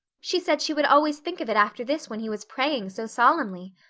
she said she would always think of it after this when he was praying so solemnly.